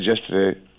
yesterday